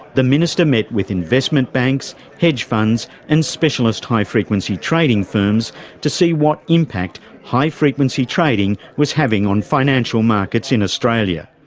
the minister met with investment banks, hedge funds and specialist high-frequency trading firms to see what impact high-frequency trading was having on financial markets in australia.